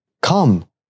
Come